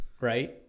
right